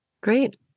Great